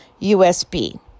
USB